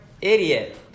idiot